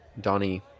Donnie